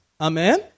Amen